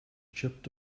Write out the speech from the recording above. chipped